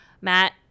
Matt